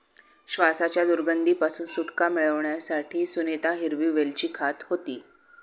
श्वासाच्या दुर्गंधी पासून सुटका मिळवण्यासाठी सुनीता हिरवी वेलची खात होती